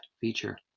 feature